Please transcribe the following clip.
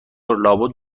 لابد